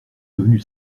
devenu